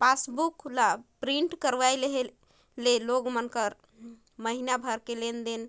passbook ला print करवाये लेहे ले मइनसे मन के महिना भर के लेन देन